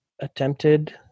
attempted